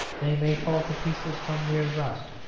they may fall to pieces from mere rust,